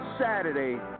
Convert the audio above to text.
Saturday